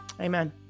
Amen